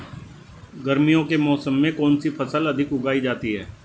गर्मियों के मौसम में कौन सी फसल अधिक उगाई जाती है?